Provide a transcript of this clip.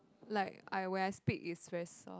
like I when I speak it's very soft